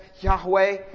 Yahweh